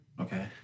Okay